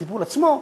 הטיפול עצמו,